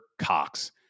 Cox